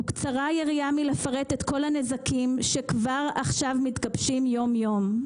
וקצרה היריעה מלפרט את כל הנזקים שכבר עכשיו מתגבשים יום יום.